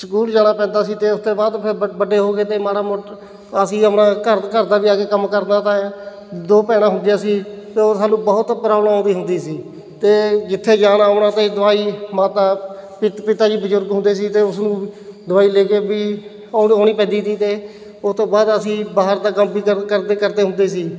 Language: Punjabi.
ਸਕੂਲ ਜਾਣਾ ਪੈਂਦਾ ਸੀ ਅਤੇ ਉਸ ਤੋਂ ਬਾਅਦ ਫਿਰ ਵ ਵੱਡੇ ਹੋ ਗਏ ਅਤੇ ਮਾੜਾ ਮੋਟਾ ਅਸੀਂ ਆਪਣਾ ਘਰ ਘਰ ਦਾ ਵੀ ਆ ਕੇ ਕੰਮ ਕਰਨਾ ਤਾ ਦੋ ਭੈਣਾਂ ਹੁੰਦੀਆਂ ਸੀ ਅਤੇ ਉਹ ਸਾਨੂੰ ਬਹੁਤ ਪ੍ਰੋਬਲਮ ਆਉਂਦੀ ਹੁੰਦੀ ਸੀ ਅਤੇ ਜਿੱਥੇ ਜਾਣਾ ਆਉਣਾ ਅਤੇ ਦਵਾਈ ਮਾਤਾ ਪਿਤਾ ਪਿਤਾ ਜੀ ਬਜ਼ੁਰਗ ਹੁੰਦੇ ਸੀ ਅਤੇ ਉਸ ਨੂੰ ਦਵਾਈ ਲੈ ਕੇ ਵੀ ਆਉਣ ਆਉਣੀ ਪੈਂਦੀ ਸੀ ਅਤੇ ਉਹ ਤੋਂ ਬਾਅਦ ਅਸੀਂ ਬਾਹਰ ਦਾ ਕੰਮ ਵੀ ਕਰ ਕਰਦੇ ਕਰਦੇ ਹੁੰਦੇ ਸੀ